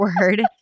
word